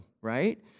right